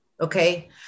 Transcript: okay